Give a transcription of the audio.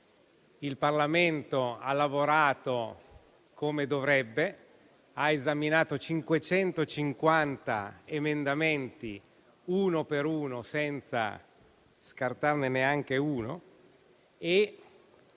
il Parlamento ha lavorato come dovrebbe, esaminando 550 emendamenti, uno per uno, senza scartarne nessuno.